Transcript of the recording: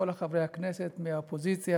כל חברי הכנסת מהאופוזיציה,